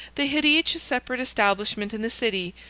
they had each a separate establishment in the city,